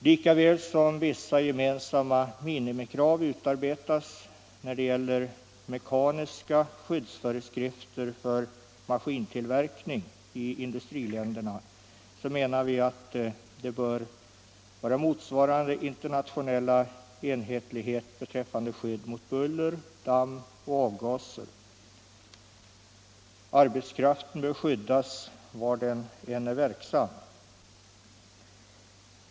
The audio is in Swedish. Lika väl som vissa gemensamma minimikrav utarbetas då det gäller ”mekaniska” skyddsföreskrifter för maskintillverkning i industriländerna, bör motsvarande internationella enhetlighet åstadkommas beträffande skydd mot buller, damm och avgaser. Arbetskraften bör skyddas var den än är verksam.